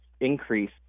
increase